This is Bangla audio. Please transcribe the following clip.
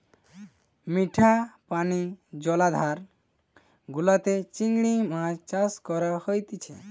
মিঠা পানি জলাধার গুলাতে চিংড়ি মাছ চাষ করা হতিছে